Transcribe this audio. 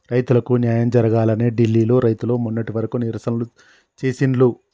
రైతులకు న్యాయం జరగాలని ఢిల్లీ లో రైతులు మొన్నటి వరకు నిరసనలు చేసిండ్లు